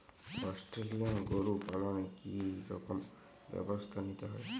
Australian গরু পালনে কি রকম ব্যবস্থা নিতে হয়?